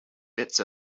bits